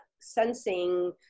sensing